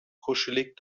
kuschelig